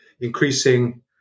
increasing